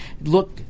Look